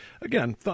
again